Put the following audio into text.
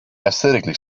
aesthetically